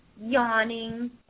yawning